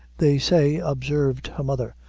they say, observed her mother,